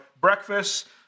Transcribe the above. breakfast